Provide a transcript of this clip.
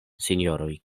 sinjoroj